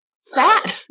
Sad